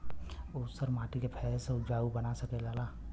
ऊसर माटी के फैसे उपजाऊ बना सकेला जा?